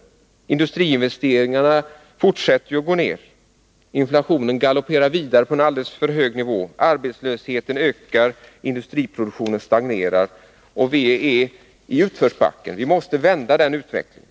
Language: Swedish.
Industriinvesteringarna fortsätter ju att gå ned, inflationen galopperar vidare på en alldeles för hög nivå, arbetslösheten ökar och industriproduktionen stagnerar. Vi är i utförsbacken och måste vända den utvecklingen.